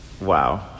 Wow